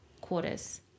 quarters